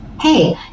Hey